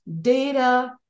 data